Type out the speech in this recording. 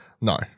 No